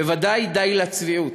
בוודאי די לצביעות.